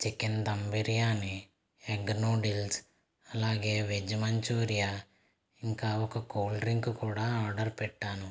chicken dum biryani egg noodles అలాగే veg manchurian ఇంకా ఒక కూల్డ్రింక్ కూడా ఆర్డర్ పెట్టాను